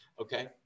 okay